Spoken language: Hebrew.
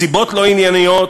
מסיבות לא ענייניות,